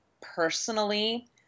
personally